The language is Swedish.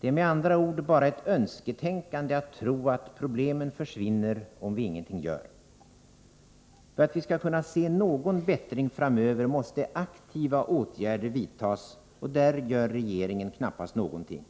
Det är med andra ord bara ett önsketänkande att tro att problemen försvinner om vi ingenting gör. För att vi skall kunna se någon bättring framöver måste aktiva åtgärder vidtas, och där gör regeringen knappast någonting.